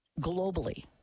globally